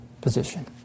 position